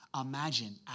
Imagine